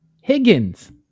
higgins